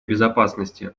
безопасности